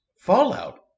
fallout